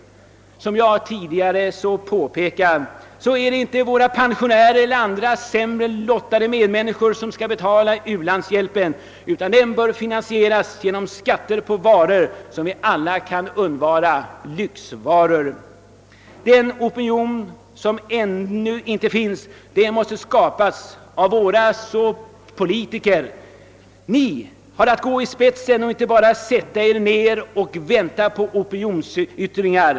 Som jag tidigare påpekat är det inte våra pensionärer eller andra sämre lottade medmänniskor som skall betala u-landshjälpen utan den bör finansieras genom skatter och på varor som vi alla kan undvara, d.v.s. lyxvaror. Den opinion som ännu inte finns måste skapas av våra politiker. Vi har att gå i spetsen och inte bara sätta oss ner och vänta på öpinionsyttringar.